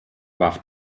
warf